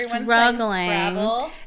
struggling